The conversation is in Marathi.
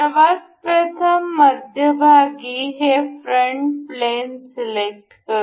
सर्वात प्रथम मध्यभागी हे फ्रंट प्लेन सिलेक्ट करू